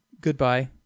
goodbye